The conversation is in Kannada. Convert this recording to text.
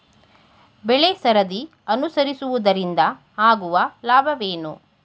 ಬೆಳೆಸರದಿ ಅನುಸರಿಸುವುದರಿಂದ ಆಗುವ ಲಾಭವೇನು?